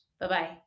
Bye-bye